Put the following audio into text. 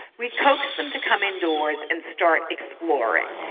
we coaxed them to come indoors and start exploring.